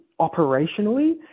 operationally